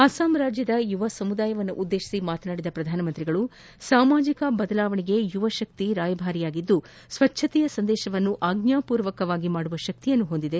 ಅಸ್ಲಾಂನ ಯುವ ಸಮುದಾಯವನ್ನು ಉದ್ದೇಶಿಸಿ ಮಾತನಾಡಿದ ಪ್ರಧಾನಮಂತ್ರಿಗಳು ಸಾಮಾಜಿಕ ಬದಲಾವಣೆಗೆ ಯುವಶಕ್ತಿ ರಾಯಭಾರಿಗಳಾಗಿದ್ದು ಸ್ವಚ್ಛತೆಯ ಸಂದೇಶವನ್ನು ಆಜ್ಞಾಸೂರ್ವಕವಾಗಿ ಮಾಡುವ ಶಕ್ತಿಯನ್ನು ಹೊಂದಿದ್ದಾರೆ